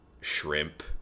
shrimp